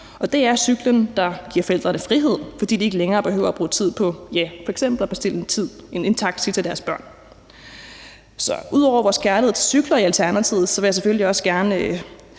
det er cyklen, der giver forældrene frihed, fordi de ikke længere behøver at bruge tid på f.eks. at bestille en taxi til deres børn. Ud over vores kærlighed til cykler i Alternativet vil jeg selvfølgelig også gerne